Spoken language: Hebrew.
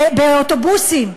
באוטובוסים,